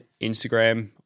instagram